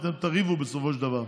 ואתם תריבו בסופו של דבר.